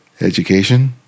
education